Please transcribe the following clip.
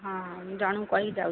ହଁ ଜଣଙ୍କୁ କହିକି ଯାଉଛି